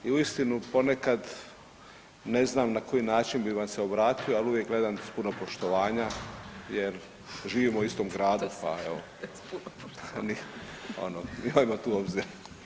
Ovaj i uistinu ponekad ne znam na koji način bi vam se obratio, al uvijek gledam s puno poštovanja jer živimo u istom gradu, pa evo, ono imajmo tu obzira.